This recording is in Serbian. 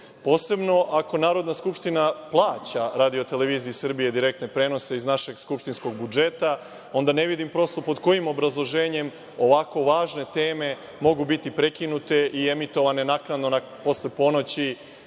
posebno ako Narodna skupština plaća RTS direktne prenose iz našeg skupštinskog budžeta, onda ne vidim prosto pod kojim obrazloženjem ovako važne teme mogu biti prekinute i emitovane naknadno, posle ponoći